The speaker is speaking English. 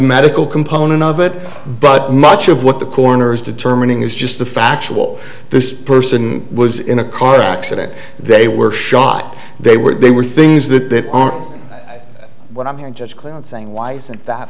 medical component of it but much of what the coroner's determining is just the factual this person was in a car accident they were shot they were they were things that are what i'm hearing judge cloud saying why isn't that